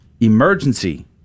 Emergency